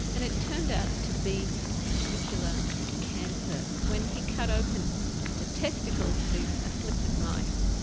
and it turned out to be testicular cancer. when he cut open the testicles of these afflicted mice,